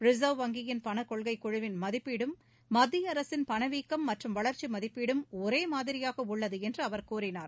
reserve வங்கியின் பண கொள்கைக்குழுவின் மதிப்பீடும் மத்திய அரசின் பணவீக்கம் மற்றும் வளர்ச்சி மதிப்பீடும் ஒரே மாதிரியாக உள்ளது என்று அவர் கூறினார்